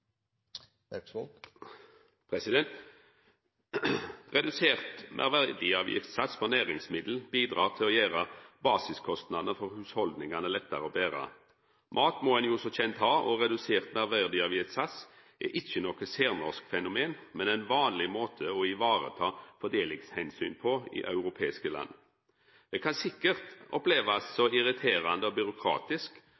Redusert meirverdiavgiftssats på næringsmiddel bidreg til å gjera basiskostnadene for hushalda lettare å bera. Mat må ein som kjent ha, og redusert meirverdiavgiftssats er ikkje noko særnorsk fenomen, men ein vanleg måte å vareta fordelingsomsyn på i europeiske land. Det kan sikkert